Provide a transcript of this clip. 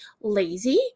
lazy